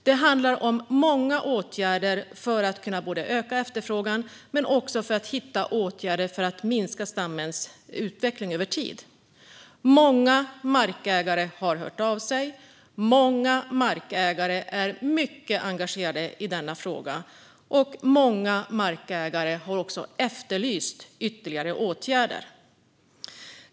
Det handlar om många åtgärder för att öka efterfrågan och för att hitta åtgärder för att minska stammens utveckling över tid. Många markägare har hört av sig. Många markägare är mycket engagerade i denna fråga. Och många markägare har också efterlyst ytterligare åtgärder.